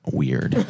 weird